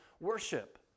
worship